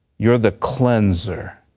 you're the cleanser.